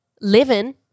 living